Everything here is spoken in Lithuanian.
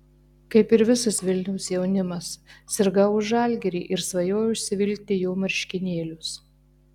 kaip ir visas vilniaus jaunimas sirgau už žalgirį ir svajojau užsivilkti jo marškinėlius